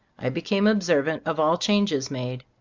i became observant of all changes made.